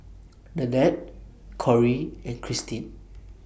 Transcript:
Nanette Corey and Cristine